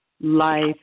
life